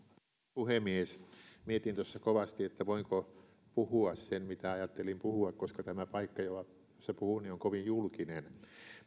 puhemies mietin tuossa kovasti voinko puhua mitä ajattelin puhua koska tämä paikka jossa puhun on kovin julkinen